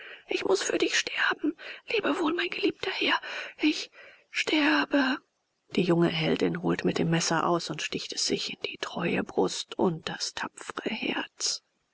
ich muß für dich sterben lebe wohl mein geliebter herr ich sterbe die junge heldin holt mit dem messer aus und sticht es sich in die treue brust und das tapfre herz